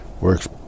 works